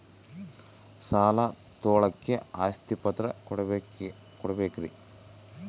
ಸಾಲ ತೋಳಕ್ಕೆ ಆಸ್ತಿ ಪತ್ರ ಕೊಡಬೇಕರಿ?